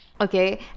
Okay